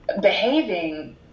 behaving